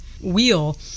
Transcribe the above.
wheel